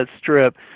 Strip